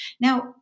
Now